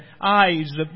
eyes